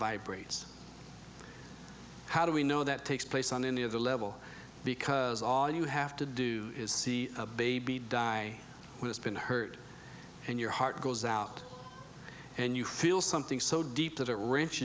vibrates how do we know that takes place on any of the level because all you have to do is see a baby die with it's been heard and your heart goes out and you feel something so deep that it reach